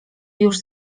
już